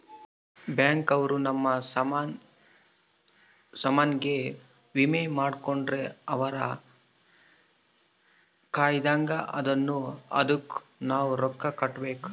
bank ಅವ್ರ ನಮ್ ಸಾಮನ್ ಗೆ ವಿಮೆ ಮಾಡ್ಕೊಂಡ್ರ ಅವ್ರ ಕಾಯ್ತ್ದಂಗ ಅದುನ್ನ ಅದುಕ್ ನವ ರೊಕ್ಕ ಕಟ್ಬೇಕು